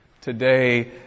Today